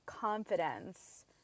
confidence